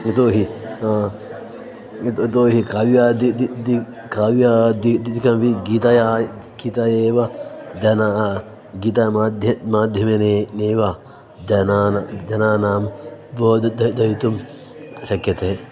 यतोऽहि यत् यतोऽहि काव्यादि दि काव्यादि गीतायाः गीता एव जनाः गीता माध्य माध्यमेनेव जनान् जनानां बोधयितुं शक्यते